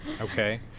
Okay